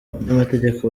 abanyamategeko